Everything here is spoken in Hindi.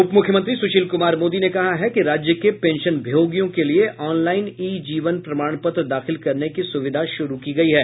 उप मुख्यमंत्री सुशील कुमार मोदी ने कहा है कि राज्य के पेंशनभोगियों के लिये ऑनलाईन ई जीवन प्रमाण पत्र दाखिल करने की सुविधा शुरू की गयी है